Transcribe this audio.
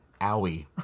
Owie